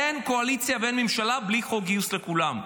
אין קואליציה ואין ממשלה בלי חוק גיוס לכולם.